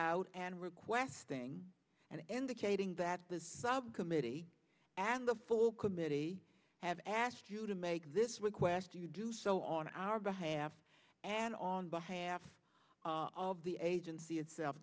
out and requesting and indicating that the subcommittee and the full committee have asked you to make this request to do so on our behalf and on behalf of the agency itself